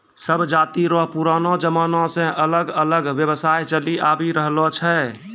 सब जाति रो पुरानो जमाना से अलग अलग व्यवसाय चलि आवि रहलो छै